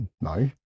no